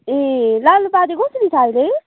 ए लालुपाते कसरी छ अहिले